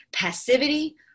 passivity